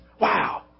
Wow